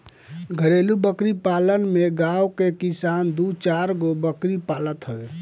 घरेलु बकरी पालन में गांव के किसान दू चारगो बकरी पालत हवे